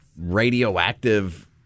radioactive